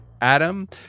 Adam